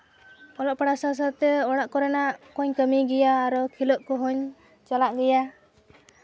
ᱚᱞᱚᱜ ᱯᱟᱲᱦᱟᱜ ᱥᱟᱶ ᱥᱟᱶᱛᱮ ᱚᱲᱟᱜ ᱠᱚᱨᱮᱱᱟᱜ ᱠᱚᱧ ᱠᱟᱹᱢᱤ ᱜᱮᱭᱟ ᱟᱨᱚ ᱠᱷᱮᱞᱚᱜ ᱠᱚᱦᱚᱸᱧ ᱪᱟᱞᱟᱜ ᱜᱮᱭᱟ